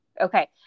okay